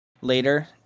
later